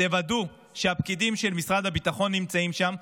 תוודאו שהפקידים של משרד הביטחון נמצאים שם.